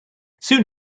soon